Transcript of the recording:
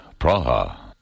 Praha